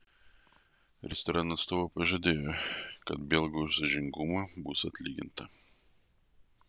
restorano atstovai pažadėjo kad belgui už sąžiningumą bus atlyginta